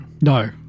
No